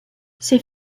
ses